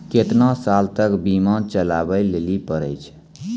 केतना साल तक बीमा चलाबै लेली पड़ै छै?